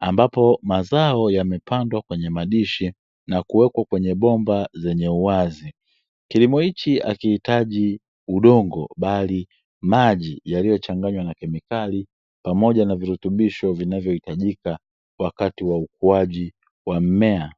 ambapo mazao yamepandwa kwenye madishi na kuwekwa kwenye bomba zenye uwazi, kilimo hichi hakiitaji udongo bali maji yaliyochanganywa na kemikali pamoja na virutubisho vinavyohitajika wakati wa ukuaji wa mmea.